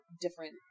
different